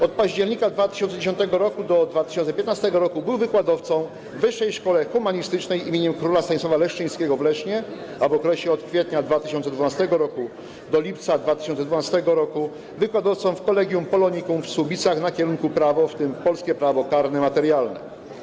Od października 2010 r. do 2015 r. był wykładowcą w Wyższej Szkole Humanistycznej im. Króla Stanisława Leszczyńskiego w Lesznie, a w okresie od kwietnia 2012 r. do lipca 2012 r. wykładowcą w Collegium Polonicum w Słubicach na kierunku prawo, w tym polskie prawo karne materialne.